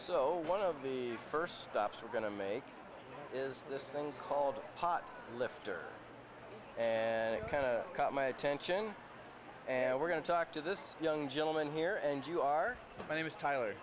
so one of the first stops we're going to make is this thing called pot lifter and it kind of caught my attention and we're going to talk to this young gentleman here and you are the name is tyler